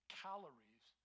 calories